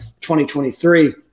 2023